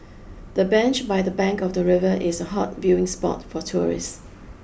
the bench by the bank of the river is a hot viewing spot for tourists